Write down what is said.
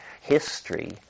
History